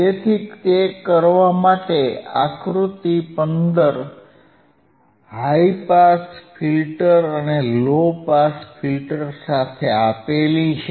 તેથી તે કરવા માટે આકૃતિ 15 હાઇ પાસ ફિલ્ટર અને લો પાસ ફિલ્ટર સાથે આપેલી છે